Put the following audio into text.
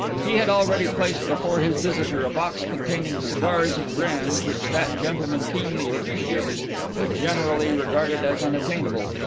he had already placed before his visitor a box containing cigars of a brand which that gentleman keenly appreciated but generally regarded as unattainable,